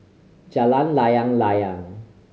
Jalan Layang Layang